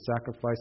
sacrifice